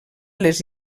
les